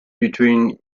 between